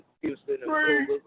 Houston